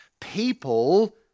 People